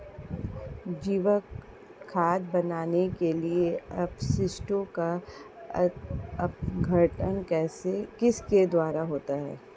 जैविक खाद बनाने के लिए अपशिष्टों का अपघटन किसके द्वारा होता है?